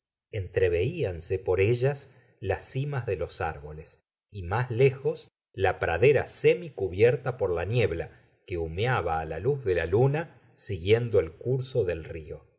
entreveíanse por ellas las cimas de los árboles y más lejos la pradera semicubierta por la niebla que humeaba la luz de la luna siguiendo el curso del río